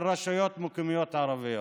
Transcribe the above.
של רשויות מקומיות ערביות.